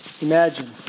Imagine